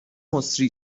مسری